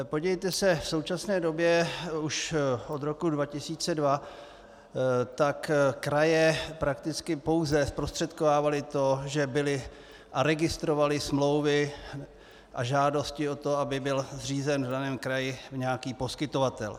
Podívejte se, v současné době už od roku 2002 tak kraje prakticky pouze zprostředkovávaly to, že byly a registrovaly smlouvy a žádosti o to, aby byl zřízen v daném kraji nějaký poskytovatel.